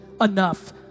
enough